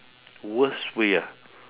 worst way ah